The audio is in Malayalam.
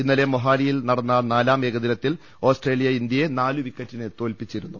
ഇന്നലെ മൊഹാലിയിൽ നടന്ന നാലാം ഏകദിനത്തിൽ ഓസ്ട്രേലിയ ഇന്ത്യയെ നാലുവിക്കറ്റിന് തോൽപ്പിച്ചിരുന്നു